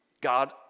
God